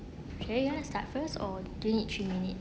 sherry you want to start first or do you need three minutes